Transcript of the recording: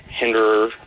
Hinderer